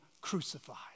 crucified